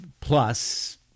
plus